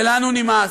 ולנו נמאס,